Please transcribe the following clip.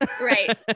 right